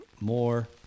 more